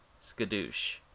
Skadoosh